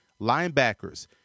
Linebackers